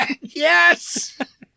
Yes